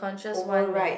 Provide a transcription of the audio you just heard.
override